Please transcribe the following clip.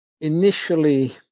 initially